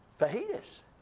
fajitas